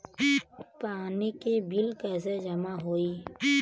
पानी के बिल कैसे जमा होयी?